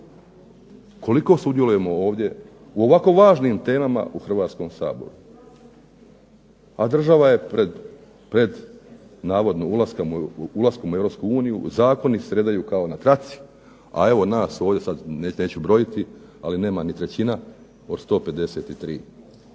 Koliko sudjelujemo ovdje u ovako važnim temama u Hrvatskom saboru, a država je pred navodno ulaskom u Europsku uniju, zakoni se redaju kao na traci, a evo nas ovdje sad neću brojiti, ali nema ni trećina od 153.